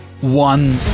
one